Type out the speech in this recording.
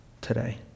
today